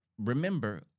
Remember